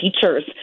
teachers